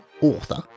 author